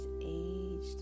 aged